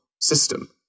system